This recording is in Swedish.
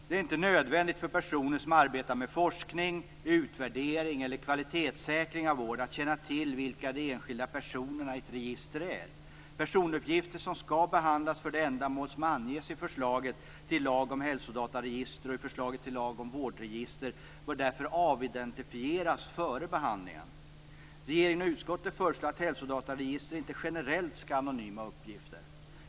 Det är inte nödvändigt för personer som arbetar med forskning, utvärdering eller kvalitetssäkring av vård att känna till vilka de enskilda personerna i ett register är. Personuppgifter som skall behandlas för de ändamål som anges i förslaget till lag om hälsodataregister och i förslaget till lag om vårdregister bör därför avidentifieras före behandlingen. Regeringen och utskottet föreslår att hälsodataregister inte generellt skall ha anonyma uppgifter.